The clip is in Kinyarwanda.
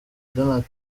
donald